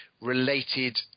related